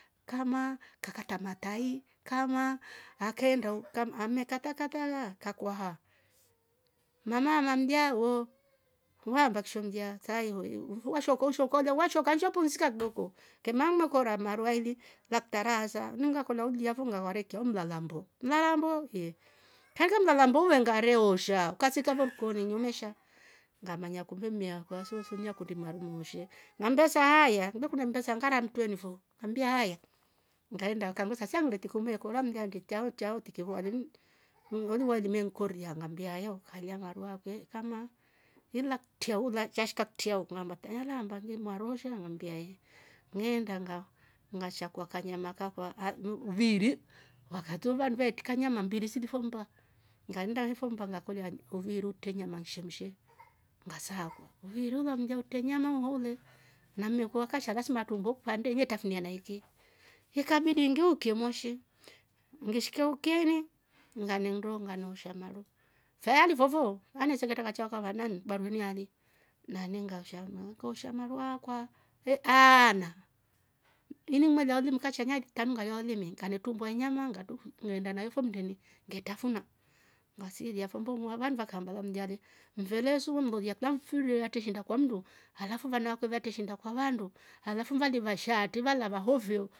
Kamaa kakata matai kamaa akeenda u ame kata kataa kakuhaa mama amamlya? Wooo uvehamba ki sho mlya saa hiihoi washooka usho kwalolya washoka nshio pumsika kidoko kemaa umekora maru aili ah kitaraasa ini ngakolya ulyafo nga kware ikya ho mlalambo, mlalamboo? Yee, kaindika mlaambo mlengaree osha ukasiika fo rikoni ngamanya mmi akwa soosuakundi maru meooshe ngambesa haaya kumbe kuvtre mmbesa ngara mwtreni fo, ngambia hayaa ngeenda nganvesa sia ngile triki mla umeekora ndi chao nchao tiki uvaali, oh ni wailima inkoria ngambia haaya u kalya maru akwe kamaa ili la kitrau la chasika kitrau ngamba iveeli maruu eoosha ngambia yee ngeenda nga shakua kanyama kakwa. viiri vakatiwo vandu vetrika nyama mbiiri sili fo mmba ngannde fo mmba ngakolya uviiri itre nyama ishemshe ngasaakwa uviiri ulaatre nyama hooule na mmeku akasha lasma atrumbue ho kipande yetrafunia na iki. ikabidi ngiukye moshi ngishike ukyeni nganenndo nganeosha maru fe alifofo, anesengetra kachao kavana ni kibarueni ali naani ngasha iiola maru akwa aana ini ngimela oh limu kasha naeli tanu ngalya oh limu nganetrumbua oh nyama. ngeenda nayo fo mndeni nge trafuna vandu vakamba mlyale mfelesu we mlolya kilamrifi eatre shiinda kwa mmndu halafu vana vakwe vatreshiinda kwa vandu alafu valivasha atri val vahoo fo